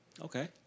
Okay